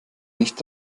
nicht